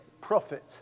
profit